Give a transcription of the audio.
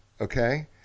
okay